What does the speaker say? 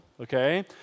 okay